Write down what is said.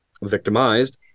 victimized